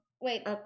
Wait